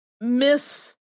Miss